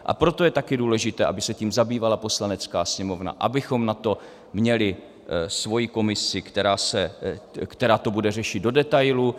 A proto je taky důležité, aby se tím zabývala Poslanecká sněmovna, abychom na to měli svoji komisi, která to bude řešit do detailů.